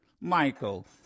Michael